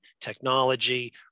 Technology